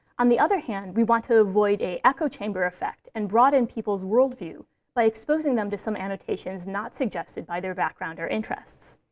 on the other hand, we want to avoid an echo chamber effect and broaden people's worldview by exposing them to some applications not suggested by their background or interests.